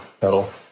pedal